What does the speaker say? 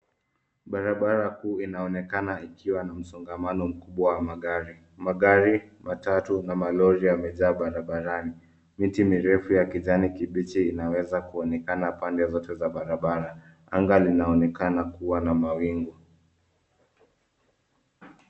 Barabara kuu inaonekana ikiwa na msongamano mkubwa wa magari. Magari matatu na malori yamejaa barabarani. Miti mirefu ya kijani kibichi inaweza kunaonekana pande zote za barabara. Anga linaonekana kuwa na mawingu.